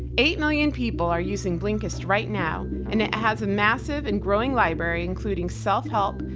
eight million people are using blinkist right now and it has a massive and growing library including self help,